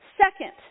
Second